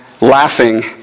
laughing